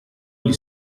gli